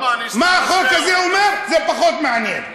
מה החוק הזה אומר, זה פחות מעניין.